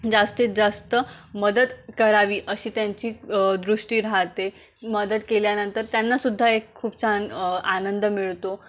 जास्तीत जास्त मदत करावी अशी त्यांची दृष्टी राहतेे मदत केल्यानंतर त्यांनासुद्धा एक खूप छान आनंद मिळतो